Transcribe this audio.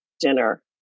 dinner